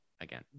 again